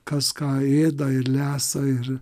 kas ką ėda ir lesa ir